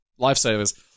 lifesavers